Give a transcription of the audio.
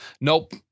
Nope